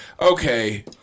okay